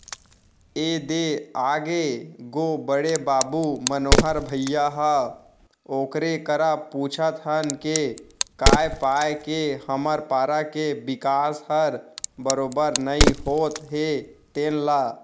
ए दे आगे गो बड़े बाबू मनोहर भइया ह ओकरे करा पूछत हन के काय पाय के हमर पारा के बिकास हर बरोबर नइ होत हे तेन ल